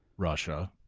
russia.